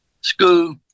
school